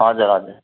हजुर हजुर